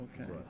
Okay